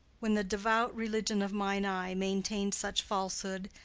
when the devout religion of mine eye maintains such falsehood,